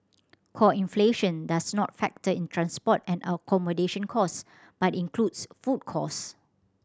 core inflation does not factor in transport and accommodation costs but includes food cost